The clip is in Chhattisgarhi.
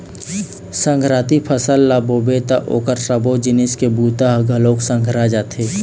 संघराती फसल ल बोबे त ओखर सबो जिनिस के बूता ह घलोक संघरा जाथे